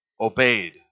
obeyed